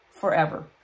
forever